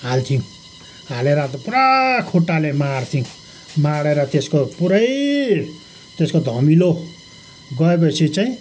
हाल्थ्यौँ हालेर अन्त पुरा खुट्टाले माड्थ्यौँ माडेर त्यसको पुरै त्यसको धमिलो गयोपछि चाहिँ